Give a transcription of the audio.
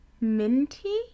Minty